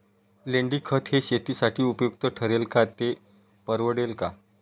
लेंडीखत हे शेतीसाठी उपयुक्त ठरेल का, ते परवडेल का?